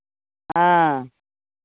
हँ